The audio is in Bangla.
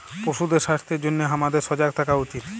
পশুদের স্বাস্থ্যের জনহে হামাদের সজাগ থাকা উচিত